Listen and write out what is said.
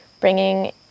bringing